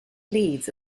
leads